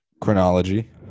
chronology